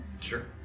Sure